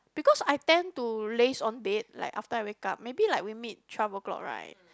because I tend to laze on bed like after I wake up maybe like we meet twelve o'clock right